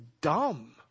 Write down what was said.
dumb